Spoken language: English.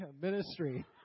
ministry